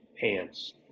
pants